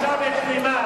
בושה וכלימה.